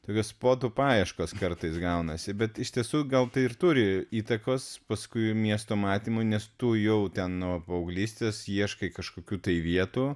tokios spotų paieškos kartais gaunasi bet iš tiesų gal tai ir turi įtakos paskui miesto matymui nes tu jau ten nuo paauglystės ieškai kažkokių tai vietų